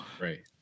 Right